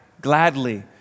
gladly